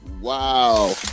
Wow